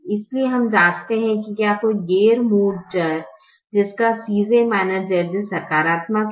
इसलिए हम जाँचते हैं कि क्या कोई गैर मूल चर है जिसका Cj Zj सकारात्मक है